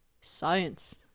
science